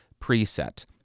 preset